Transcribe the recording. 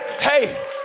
Hey